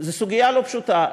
זו סוגיה לא פשוטה.